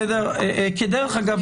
כדרך אגב,